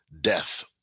death